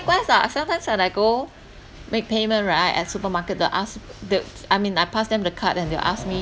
likewise ah sometimes when I go make payment right at supermarket they'll ask they'll I mean I pass them the card then they'll ask me